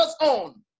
on